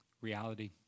reality